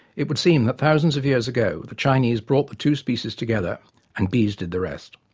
it would seem that thousands of years ago, the chinese brought the two species together and bees did the rest.